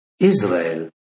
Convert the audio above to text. Israel